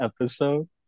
episode